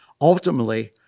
ultimately